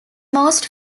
most